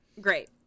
Great